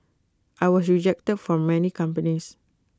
I was rejected from many companies